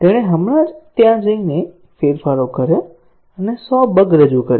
તેણે હમણાં જ ત્યાં જઈને ફેરફારો કર્યા અને 100 બગ રજૂ કરી